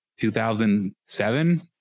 2007